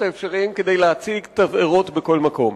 האפשריים כדי להצית תבערות בכל מקום.